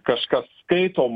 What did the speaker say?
kažkas skaito